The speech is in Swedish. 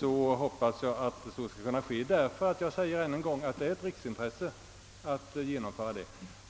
Jag hoppas alltså att vi skall kunna få mera medel. Och jag understryker än en gång att det är ett riksintresse att bilda dessa naturreservat.